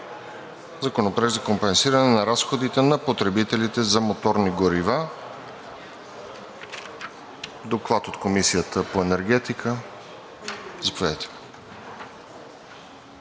–Законопроект за компенсиране на разходите на потребителите на моторни горива. Доклад от Комисията по енергетика, заповядайте.